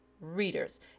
readers